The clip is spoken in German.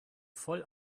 voll